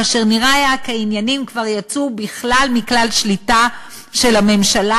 כאשר היה נראה כי העניינים כבר יצאו בכלל משליטה של הממשלה,